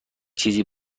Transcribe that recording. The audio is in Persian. چیزی